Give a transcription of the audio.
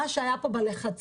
מה שהיה פה עם הלחצים